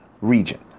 region